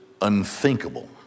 unthinkable